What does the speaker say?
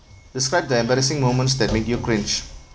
describe the embarrassing moments that make you cringe